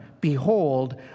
Behold